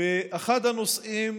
באחד הנושאים